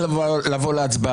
-- זה נראה לך הגיוני?